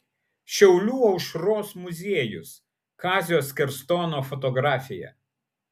šiaulių aušros muziejus kazio skerstono fotografija